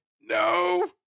no